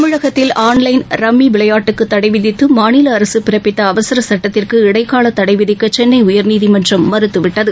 தமிழகத்தில் online rummy விளையாட்டுக்கு தடை விதித்து மாநில அரசு பிறப்பித்த அவசர சுட்டத்திற்கு இடைக்கால தடை விதிக்க சென்னை உயர்நீதிமன்றம் மறுத்து விட்டது